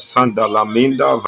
Sandalaminda